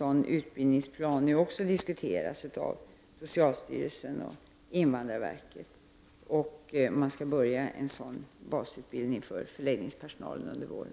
en utbildningsplan diskuteras av socialstyrelsen och invandrarverket. Man skall börja en basutbildning för förläggningspersonalen under våren.